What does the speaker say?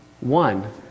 One